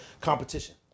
competition